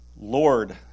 Lord